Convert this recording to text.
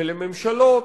ולממשלות,